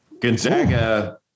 Gonzaga